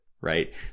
right